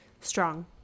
strong